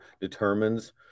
determines